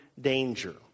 danger